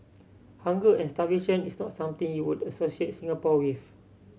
hunger and starvation is not something you would associate Singapore with